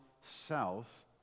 south